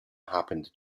happened